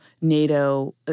NATO